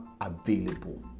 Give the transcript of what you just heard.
available